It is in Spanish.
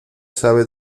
sabe